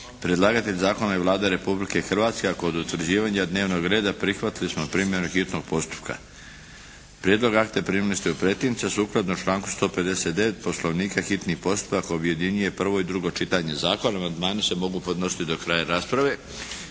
Predlagatelj zakona je Vlada Republike Hrvatske, a kod utvrđivanja dnevnog reda prihvatili smo primjenu hitnog postupka. Prijedlog akta primili ste u pretince. Sukladno članku 159. Poslovnika hitni postupak objedinjuje prvo i drugo čitanje zakona. Amandmani se mogu podnositi do kraja rasprave.